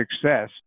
success